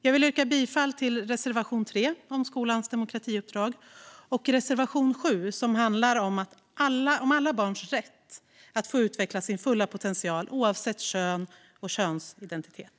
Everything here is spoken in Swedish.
Jag vill yrka bifall till reservation 3, om skolans demokratiuppdrag, och reservation 7, som handlar om alla barns rätt att få utveckla sin fulla potential oavsett kön och könsidentitet.